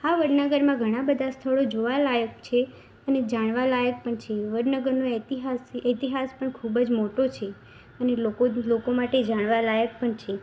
આ વડનગરમાં ઘણા બધા સ્થળો જોવાલાયક છે અને જાણવાલાયક પણ છે વડનગરનો ઐતિહાસિક ઐતિહાસ પણ ખૂબ જ મોટો છે અને લોકો લોકો માટે જાણવાલાયક પણ છે